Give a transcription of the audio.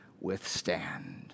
withstand